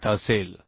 8 असेल